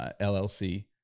LLC